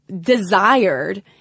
desired